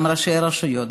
גם ראשי הרשויות,